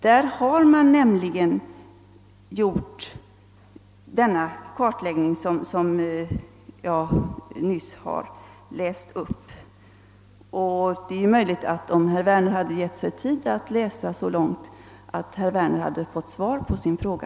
Där har man nämligen gjort den kartläggning som jag nyss redogjorde för. Om herr Werner hade givit sig tid att läsa tillräckligt långt hade han fått svar på sin fråga.